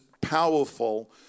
powerful